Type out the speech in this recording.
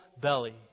belly